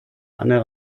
einer